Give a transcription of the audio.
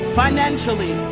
financially